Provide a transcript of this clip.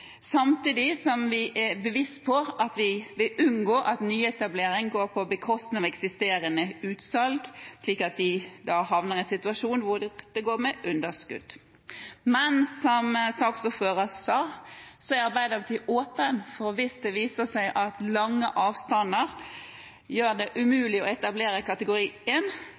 samtidig som vi er bevisst på at vi vil unngå at nyetablering går på bekostning av eksisterende utsalg, slik at disse da havner i en situasjon hvor det går med underskudd. Som saksordføreren sa, er Arbeiderpartiet åpen for at hvis det viser seg at lange avstander gjør det umulig å etablere kategori